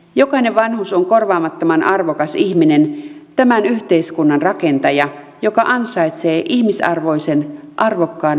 jokainen vanhus on korvaamattoman arvokas ihminen tämän yhteiskunnan rakentaja joka ansaitsee ihmisarvoisen arvokkaan vanhuuden